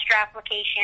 application